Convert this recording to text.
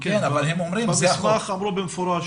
במסמך אמרו במפורש